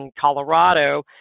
colorado